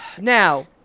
now